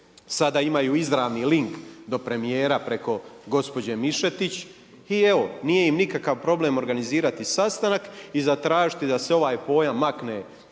Sada imaju izravni link do premijera preko gospođe MIšetić i evo nije im nikakav problem organizirati sastanak i zatražiti da se ovaj pojam makne